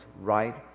right